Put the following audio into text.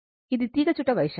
ఇది తీగచుట్ట వైశాల్యము